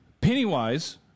Pennywise